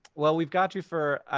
well we've got you for